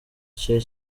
cye